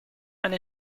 and